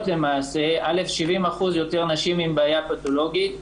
למעשה 70% יותר נשים עם בעיה פתולוגית,